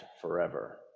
forever